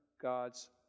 God's